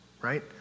right